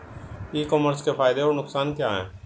E commerce के फायदे और नुकसान क्या हैं?